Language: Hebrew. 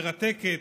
מרתקת,